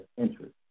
interest